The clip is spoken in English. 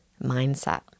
mindset